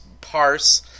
parse